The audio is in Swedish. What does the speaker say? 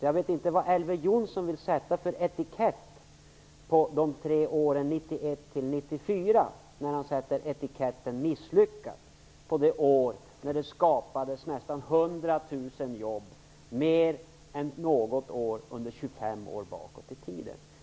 Jag vet inte vad Elver Jonsson vill sätta för etikett på åren 1991-1994, när han sätter etiketten misslyckat på det år när det skapades nästan 100 000 jobb. Det är mer än under något år 25 år bakåt i tiden.